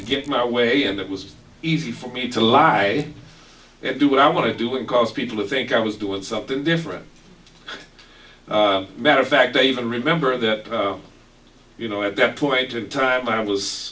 to get my way and it was easy for me to lie and do what i want to do and cause people to think i was doing something different matter of fact i even remember that you know at that point in time i was